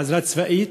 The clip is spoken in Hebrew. אלא עזרה צבאית